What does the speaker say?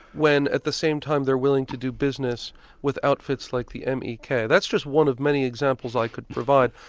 when at the same time they're willing to do business without outfits like the m. e. k. that's just one of many examples i could provide.